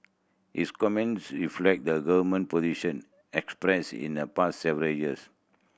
his comments reflect the government position expressed in the past several years